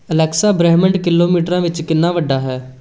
Alexa ਬ੍ਰਹਿਮੰਡ ਕਿਲੋਮੀਟਰਾਂ ਵਿੱਚ ਕਿੰਨਾ ਵੱਡਾ ਹੈ